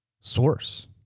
source